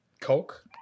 Coke